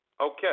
Okay